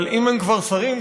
אבל אם הם כבר שרים,